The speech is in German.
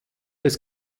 des